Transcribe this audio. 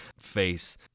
face